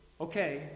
Okay